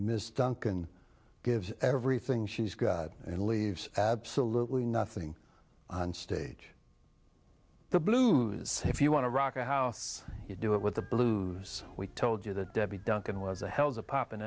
miss duncan gives everything she's got and leaves absolutely nothing on stage the blues say if you want to rock a house you do it with the blues we told you that debbie duncan was a hell's a pop an